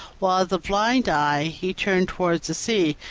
while the blind eye he turned towards the sea,